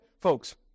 folks